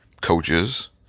coaches